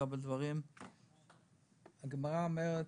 הגמרא אומרת: